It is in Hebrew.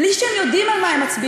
בלי שהם יודעים על מה הם מצביעים.